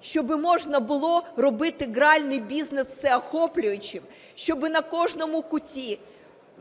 щоб можна було робити гральний бізнес всеохоплюючим, щоб на кожному куті,